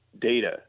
data